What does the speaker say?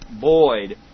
Boyd